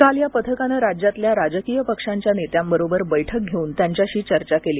काल या पथकानं राज्यातल्या राजकीय पक्षांच्या नेत्यांबरोबर बैठक घेऊन त्यांच्याशी चर्चा केली